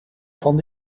van